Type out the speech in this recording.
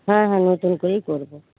হ্যাঁ হ্যাঁ নতুন করেই করবো